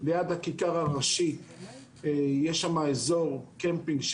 ליד הכיכר הראשי יש שמה אזור קמפינג,